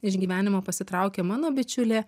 iš gyvenimo pasitraukė mano bičiulė